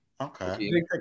Okay